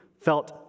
felt